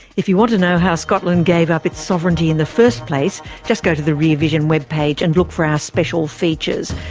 if you want to know how scotland gave up its sovereignty in the first place, just go to the rear vision web page and look for our special features.